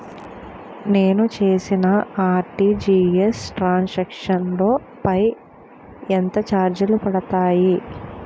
నేను చేసిన RTGS transaction లో పై ఎంత చార్జెస్ పడతాయి?